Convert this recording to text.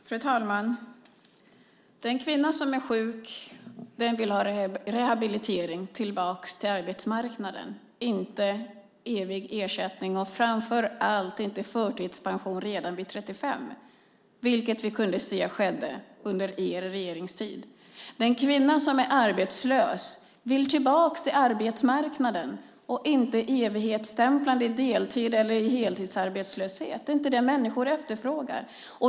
Fru talman! Den kvinna som är sjuk vill ha rehabilitering tillbaka till arbetsmarknaden, inte evig ersättning och framför allt inte förtidspension redan vid 35. Det kunde vi se under er regeringstid. Den kvinna som är arbetslös vill tillbaka till arbetsmarknaden, inte evighetsstämpla i deltids eller heltidsarbetslöshet. Det är inte det människor efterfrågar.